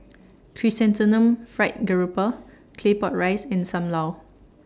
Chrysanthemum Fried Garoupa Claypot Rice and SAM Lau